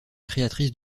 créatrice